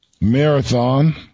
marathon